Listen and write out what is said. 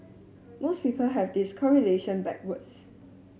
most people have this correlation backwards